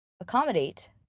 accommodate